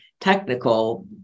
technical